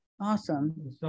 awesome